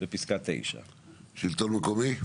בפסקה 9. שלטון מקומי.